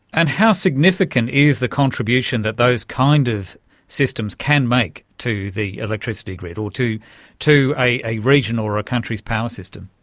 and how significant is the contribution that those kind of systems can make to the electricity grid or to to a region or a country's power system?